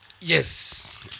Yes